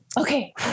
Okay